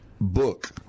book